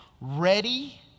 ready